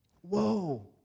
Whoa